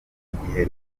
igihe